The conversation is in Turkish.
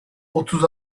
otuz